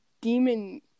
demon